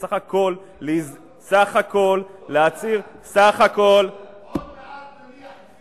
סך הכול להצהיר, עוד מעט נניח תפילין